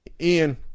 Ian